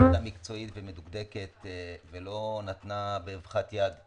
עבודה מקצועית ומדוקדקת ולא נתנה באבחת יד,